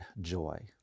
joy